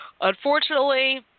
Unfortunately